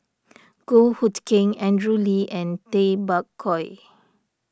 Goh Hood Keng Andrew Lee and Tay Bak Koi